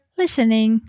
listening